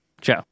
Joe